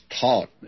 taught